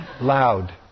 Loud